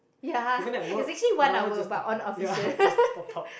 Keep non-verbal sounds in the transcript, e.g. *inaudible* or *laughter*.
even at work one hour just top up ya *breath* just top up